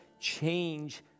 change